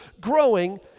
growing